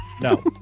No